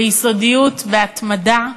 ביסודיות והתמדה,